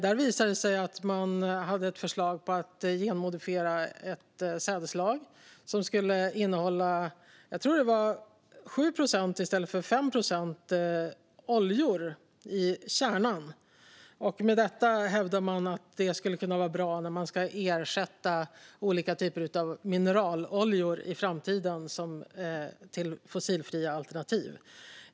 Där visade det sig att man hade ett förslag på att genmodifiera ett sädesslag som skulle innehålla 7 procent i stället för 5 procent oljor i kärnan, tror jag att det var. Detta hävdade man skulle kunna vara bra för att i framtiden ersätta olika typer av mineraloljor med fossilfria alternativ.